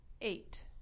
eight